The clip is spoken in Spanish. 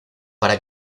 para